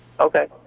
Okay